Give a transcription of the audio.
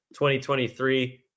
2023